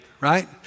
right